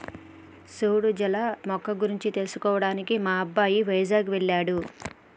సూడు జల మొక్క గురించి తెలుసుకోవడానికి మా అబ్బాయి వైజాగ్ వెళ్ళాడు